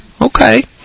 okay